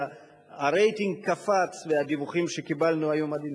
והרייטינג קפץ והדיווחים שקיבלנו היו מדהימים.